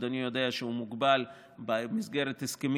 אדוני יודע שהוא מוגבל במסגרת הסכמים